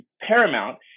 paramount